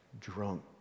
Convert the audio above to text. drunk